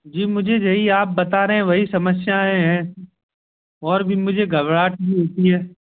जी मुझे यही आप बता रहे हैं वही समस्याएं हैं और भी मुझे घबराहट भी होती है